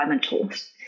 tools